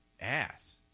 ass